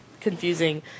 confusing